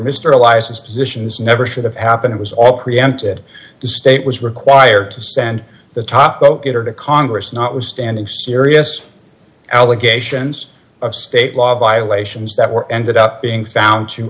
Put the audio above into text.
eliza's positions never should have happened it was all preempted the state was required to send the top vote getter to congress not withstanding serious allegations of state law violations that were ended up being found to